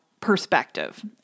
perspective